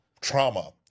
trauma